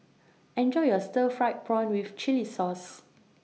Enjoy your Stir Fried Prawn with Chili Sauce